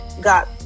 got